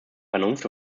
vernunft